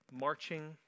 marching